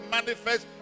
Manifest